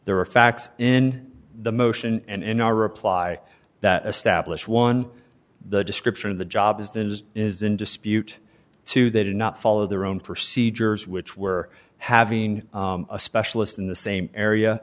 there are facts in the motion and in our reply that establish one dollar the description of the job is that it is in dispute two they did not follow their own procedures which were having a specialist in the same area